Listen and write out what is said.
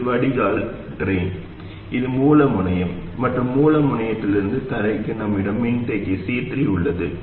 இது வடிகால் இது மூல முனையம் மற்றும் மூல முனையத்திலிருந்து தரைக்கு நம்மிடம் மின்தேக்கி C3 உள்ளது